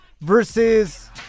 versus